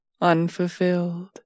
unfulfilled